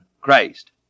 Christ